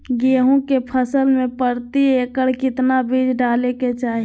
गेहूं के फसल में प्रति एकड़ कितना बीज डाले के चाहि?